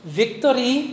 victory